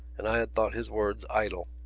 and i had thought his words idle.